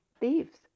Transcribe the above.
thieves